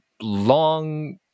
long